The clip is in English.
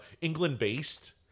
England-based